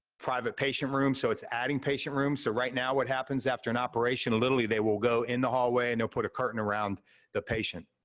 private patient rooms, so it's adding patient rooms. so, right now, what happens after an operation, literally they will go in the hallway, and they'll put a curtain around the patient.